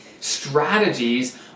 strategies